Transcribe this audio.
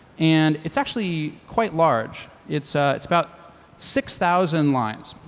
and it's actually quite large. it's ah it's about six thousand lines.